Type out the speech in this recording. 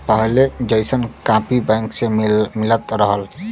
पहिले जइसन copy bank से मिलत रहल